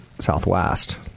Southwest